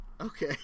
okay